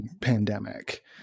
pandemic